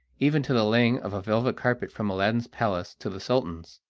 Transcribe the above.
even to the laying of a velvet carpet from aladdin's palace to the sultan's.